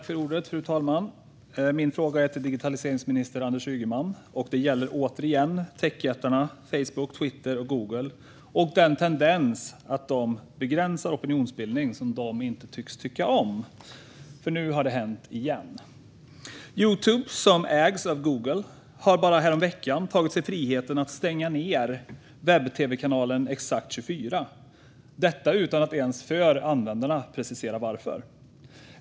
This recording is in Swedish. Fru talman! Min fråga går till digitaliseringsminister Anders Ygeman och gäller återigen techjättarna Facebook, Twitter och Google och deras tendens att begränsa opinionsbildning som de inte tycks tycka om. Nu har det nämligen hänt igen. Youtube, som ägs av Google, tog sig bara häromveckan friheten att stänga ned webb-tv-kanalen Exakt 24. Det gjorde de utan att ens precisera för användarna varför.